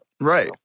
Right